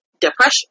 depression